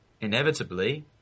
inevitably